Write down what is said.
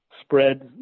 spreads